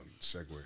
segue